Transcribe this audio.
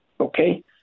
Okay